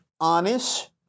honest